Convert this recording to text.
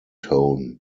tone